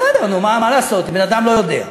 בסדר, מה לעשות, בן-אדם לא יודע.